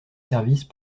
services